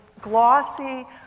glossy